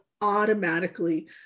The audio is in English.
automatically